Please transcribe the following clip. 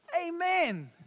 Amen